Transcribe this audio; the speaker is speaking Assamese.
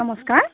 নমস্কাৰ